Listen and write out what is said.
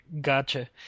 gotcha